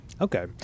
Okay